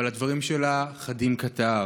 אבל הדברים שלה חדים כתער: